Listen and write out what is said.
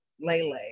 Lele